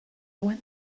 one